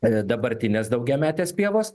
a dabartinės daugiametės pievos